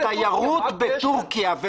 התיירות בתורכיה,